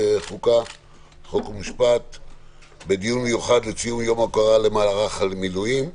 בדיון מיוחד לציון יום ההוקרה למערך המילואים: